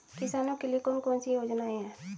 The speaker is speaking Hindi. किसानों के लिए कौन कौन सी योजनाएं हैं?